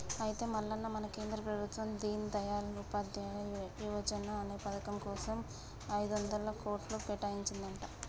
అయితే మల్లన్న మన కేంద్ర ప్రభుత్వం దీన్ దయాల్ ఉపాధ్యాయ యువజన అనే పథకం కోసం ఐదొందల కోట్లు కేటాయించిందంట